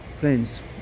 Friends